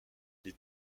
les